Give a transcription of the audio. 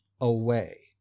away